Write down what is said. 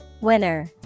Winner